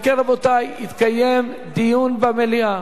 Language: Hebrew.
אם כן, רבותי, יתקיים דיון במליאה.